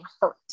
hurt